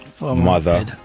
mother